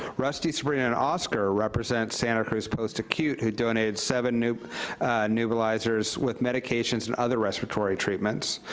rusty, sabrina and oscar represent santa cruz post acute, who donated seven nebulizers with medications and other respiratory treatments.